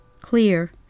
Clear